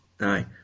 Aye